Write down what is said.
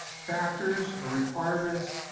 factors, or requirements,